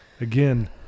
Again